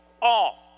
off